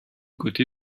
côté